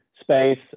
space